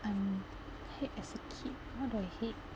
I'm hate as a kid what do I hate